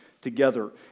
together